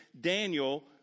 Daniel